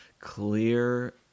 clear